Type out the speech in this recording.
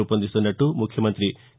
రూపొందిస్తున్నట్లు ముఖ్యమంతి కే